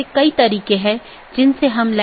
यह एक प्रकार की नीति है कि मैं अनुमति नहीं दूंगा